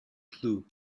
clue